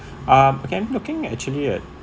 um okay I'm looking actually at